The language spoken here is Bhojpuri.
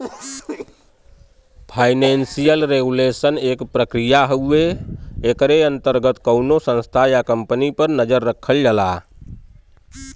फाइनेंसियल रेगुलेशन एक प्रक्रिया हउवे एकरे अंतर्गत कउनो संस्था या कम्पनी पर नजर रखल जाला